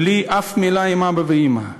בלי אף מילה עם אבא ואימא,